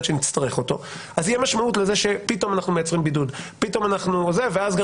אז תהיה משמעות לזה שפתאום אנחנו מייצרים בידוד ואז גם